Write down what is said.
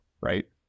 right